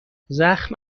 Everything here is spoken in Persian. زخم